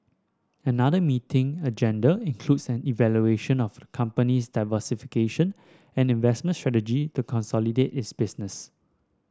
another meeting agenda includes an evaluation of company's diversification and investment strategy to consolidate its business